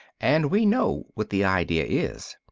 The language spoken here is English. and we know what the idea is.